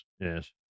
Yes